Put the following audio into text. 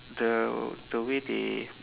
the the way they